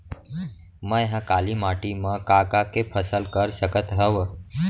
मै ह काली माटी मा का का के फसल कर सकत हव?